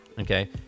okay